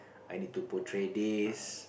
I need to put tray disc